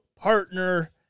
partner